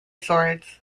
swords